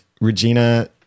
Regina